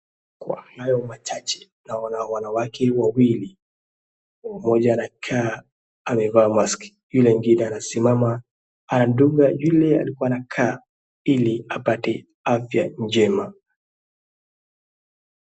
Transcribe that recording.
Kwa hayo machache, naona wanawake wawili. Mmoja amekaa amevaa mask ,yule mwingine anasimama kando na yule alikuwa amekaa ili apate afya njema